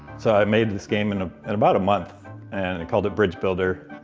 so i made this game in ah and about a month and called it bridge builder.